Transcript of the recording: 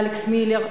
אלכס מילר,